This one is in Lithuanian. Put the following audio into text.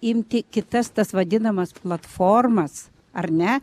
imti kitas tas vadinamas platformas ar ne